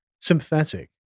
sympathetic